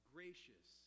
Gracious